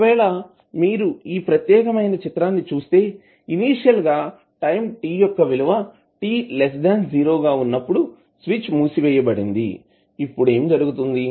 ఒకవేళ మీరు ఈ ప్రతేకమైన చిత్రాన్ని చూస్తే ఇనీషియల్ గా టైం t యొక్క విలువ t 0 గా ఉన్నప్పుడు స్విచ్ మూసివేయబడింది ఇప్పుడు ఏమి జరుగుతుంది